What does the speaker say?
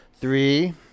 Three